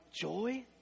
joy